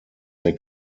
they